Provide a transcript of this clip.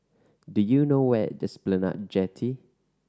do you know where is Esplanade Jetty